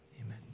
Amen